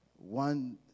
One